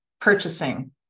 purchasing